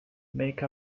make